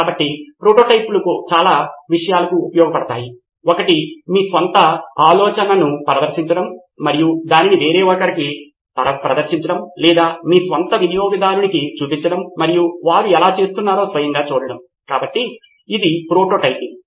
కాబట్టి ప్రోటోటైప్లు చాలా విషయాలకు ఉపయోగపడతాయి ఒకటి మీ స్వంత ఆలోచనను ప్రదర్శించడం మరియు దానిని వేరొకరికి ప్రదర్శించడం లేదా మీ స్వంత వినియోగదారుని చూపించడం మరియు వారు ఎలా చేస్తున్నారో స్వయంగా చూడటం కాబట్టి ఇది ప్రోటోటైపింగ్